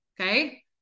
okay